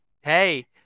Hey